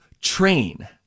train